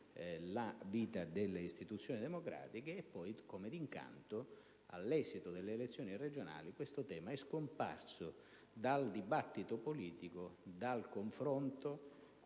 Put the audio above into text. la vita delle istituzioni democratiche. Poi, come d'incanto, all'esito delle elezioni regionali, tale tema è scomparso dal dibattito politico e dal confronto,